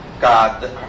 God